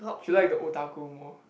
she like the otaku more